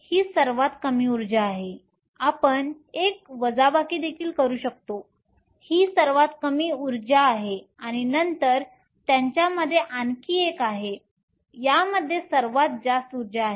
ही सर्वात कमी उर्जा आहे आपण एक वजाबाकी देखील करू शकता ही सर्वात कमी ऊर्जा आहे आणि नंतर त्यांच्यामध्ये आणखी एक आहे यामध्ये सर्वात जास्त ऊर्जा आहे